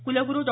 कुलगुरु डॉ